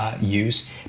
Use